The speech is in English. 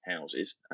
houses